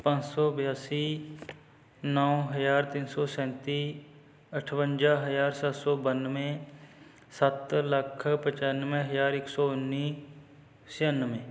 ਪੰਜ ਸੌ ਬਿਆਸੀ ਨੌ ਹਜ਼ਾਰ ਤਿੰਨ ਸੌ ਸੈਂਤੀ ਅਠਵੰਜਾ ਹਜ਼ਾਰ ਸੱਤ ਸੌ ਬਾਨਵੇਂ ਸੱਤ ਲੱਖ ਪਚਾਨਵੇਂ ਹਜ਼ਾਰ ਇੱਕ ਸੌ ਉੱਨੀ ਛਿਆਨਵੇਂ